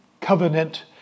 covenant